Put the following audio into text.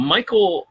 Michael